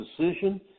decision